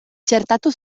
txertatu